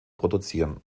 produzieren